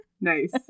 Nice